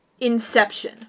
Inception